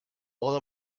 all